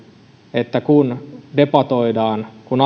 että kun debatoidaan kun